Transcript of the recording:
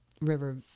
River